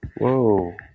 Whoa